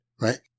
right